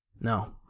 No